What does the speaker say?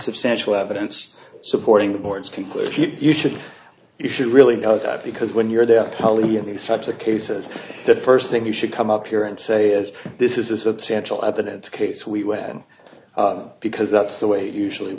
substantial evidence supporting the board's conclusion you should you should really does that because when you're down wholly in these types of cases the first thing you should come up here and say is this is a substantial evidence case we when because that's the way it usually